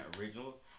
original